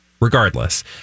Regardless